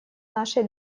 нашей